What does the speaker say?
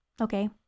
okay